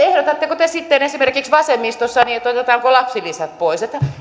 ehdotatteko te sitten esimerkiksi vasemmistossa niin että otetaan lapsilisät pois